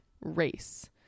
race